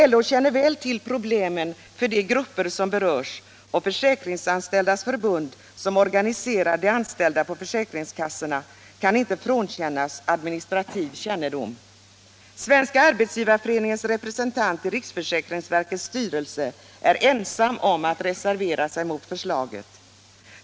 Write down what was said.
LO känner väl till problemen för de grupper som berörs och Försäkringsanställdas förbund, som organiserar de anställda på försäkringskassorna, kan inte frånkännas administrativ kännedom. Svenska arbetsgivareföreningens representant i riksförsäkringsverkets styrelse är ensam om att reservera sig mot förslaget.